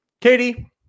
Katie